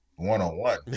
one-on-one